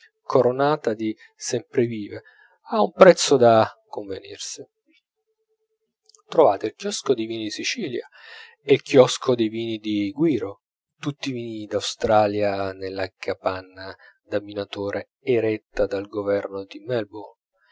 coronata di semprevive a un prezzo da convenirsi trovate il chiosco dei vini di sicilia e il chiosco dei vini di guiro tutti i vini d'australia nella capanna da minatore eretta dal governo di